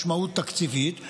משמעות תקציבית,